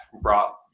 brought